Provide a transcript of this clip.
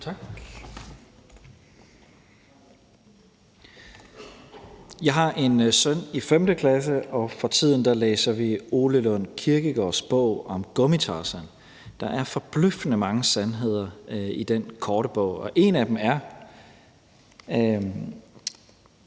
Jeg har en søn i 5. klasse, og for tiden læser vi Ole Lund Kirkegaards bog om Gummi-Tarzan. Der er forbløffende mange sandheder i den korte bog, og en af dem